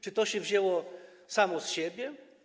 Czy to się wzięło samo z siebie?